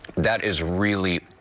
that is really,